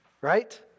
right